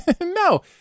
No